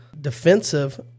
defensive